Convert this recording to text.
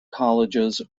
colleges